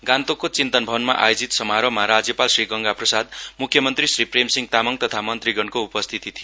गान्तोकको चिन्तन भवनमा आयोजित समारोहमा राज्यपाल श्री गंगा प्रसाद मुख्यमन्त्री श्री प्रेमसिंह तामाङ तथा मन्त्रीगणको उपस्थिति थियो